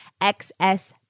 XS